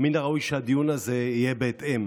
מן הראוי שהדיון הזה יהיה בהתאם,